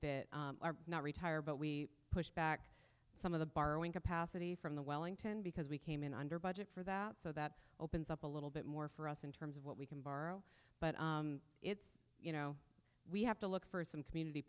that are not retired but we pushed back some of the borrowing capacity from the wellington because we came in under budget for that so that opens up a little bit more for us in terms of what we can borrow but it's you know we have to look for some community